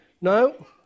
No